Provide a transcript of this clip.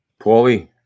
Paulie